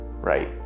Right